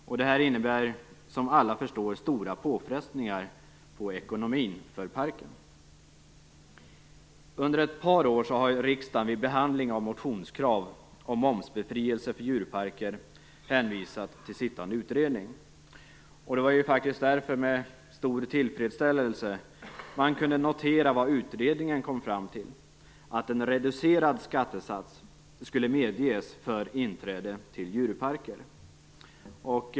Som alla förstår innebär detta stora påfrestningar för parkens ekonomi. Under ett par år har riksdagen vid behandlingen av motionskrav angående momsbefrielse för djurparker hänvisat till sittande utredning. Det var därför som man med stor tillfredsställelse kunde notera det som utredningen kom fram till, att en reducerad skattesats skulle medges för inträde till djurparker.